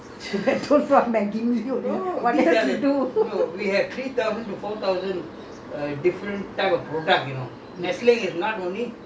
why you do so much of work Milo ketchup I don't know what Maggi mee [what] you have to do